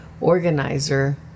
organizer